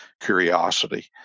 curiosity